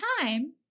time